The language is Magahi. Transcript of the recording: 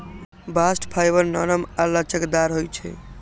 बास्ट फाइबर नरम आऽ लचकदार होइ छइ